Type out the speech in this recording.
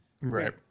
right